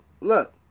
look